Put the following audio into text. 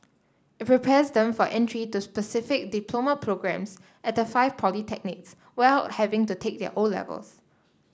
it prepares them for entry the specific diploma programmes at the five polytechnics while having to take their O levels